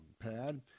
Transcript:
pad